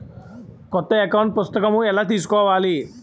కొత్త అకౌంట్ పుస్తకము ఎలా తీసుకోవాలి?